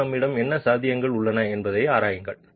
மேலும் நம்மிடம் என்ன சாத்தியங்கள் உள்ளன என்பதையும் ஆராயுங்கள்